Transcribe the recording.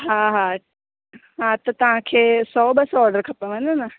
हा हा हा त तव्हांखे सौ ॿ सौ ऑर्डर खपेनव न